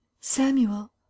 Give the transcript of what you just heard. Samuel